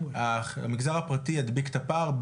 המגזר הפרטי ידביק את הפער,